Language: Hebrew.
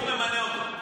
שר החינוך ממנה אותו.